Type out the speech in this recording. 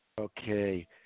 okay